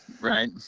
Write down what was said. Right